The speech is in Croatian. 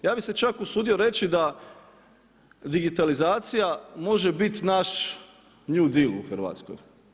Ja bi se čak usudio reći da digitalizacija može biti naš new dell u Hrvatskoj.